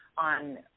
on